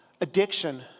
addiction